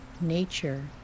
nature